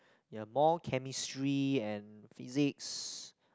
ya more chemistry and physics